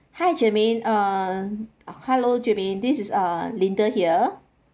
hi germaine uh hello germaine this is uh linda here